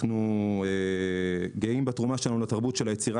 אנחנו גאים בתרומה שלנו לתרבות של היצירה